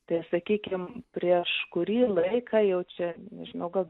tai sakykim prieš kurį laiką jau čia nežinau gal